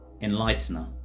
enlightener